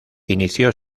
inició